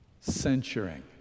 censuring